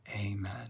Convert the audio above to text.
Amen